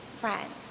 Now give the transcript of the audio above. friends